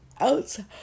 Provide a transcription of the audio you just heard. outside